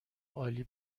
عالی